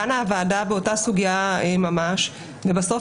דנה הוועדה באותה סוגיה ממש ובסוף